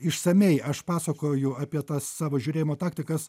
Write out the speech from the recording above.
išsamiai aš pasakoju apie tas savo žiūrėjimo taktikas